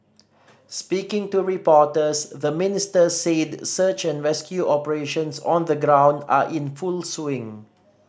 speaking to reporters the Minister said search and rescue operations on the ground are in full swing